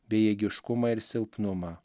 bejėgiškumą ir silpnumą